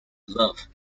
love